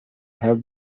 have